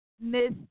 Miss